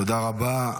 תודה רבה.